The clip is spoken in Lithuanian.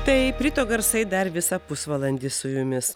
taip ryto garsai dar visą pusvalandį su jumis